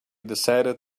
decided